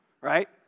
Right